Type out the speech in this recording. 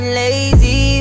lazy